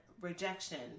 rejection